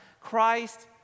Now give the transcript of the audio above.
Christ